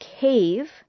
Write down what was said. cave